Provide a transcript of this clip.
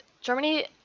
Germany